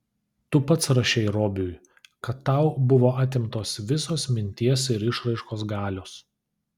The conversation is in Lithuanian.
tu pats rašei robiui kad tau buvo atimtos visos minties ir išraiškos galios